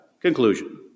Conclusion